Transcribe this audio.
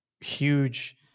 huge